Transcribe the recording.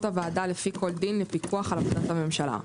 הוועדה לפי כל דין לפיקוח על עבודת הממשלה.